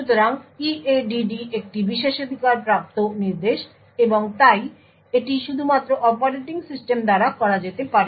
সুতরাং EADD একটি বিশেষাধিকারপ্রাপ্ত নির্দেশ এবং তাই এটি শুধুমাত্র অপারেটিং সিস্টেম দ্বারা করা যেতে পারে